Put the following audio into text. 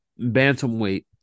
Bantamweight